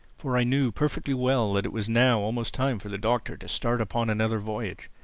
for i knew perfectly well that it was now almost time for the doctor to start upon another voyage.